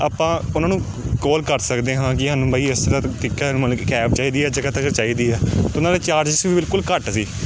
ਆਪਾਂ ਉਹਨਾਂ ਨੂੰ ਕੌਲ ਕਰ ਸਕਦੇ ਹਾਂ ਕਿ ਸਾਨੂੰ ਬਈ ਇਸ ਮਤਲਬ ਕਿ ਕੈਬ ਚਾਹੀਦੀ ਆ ਜਗ੍ਹਾ ਚਾਹੀਦੀ ਆ ਉਹਨਾਂ ਦੇ ਚਾਰਜਿਸ ਵੀ ਬਿਲਕੁਲ ਘੱਟ ਸੀ